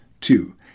Two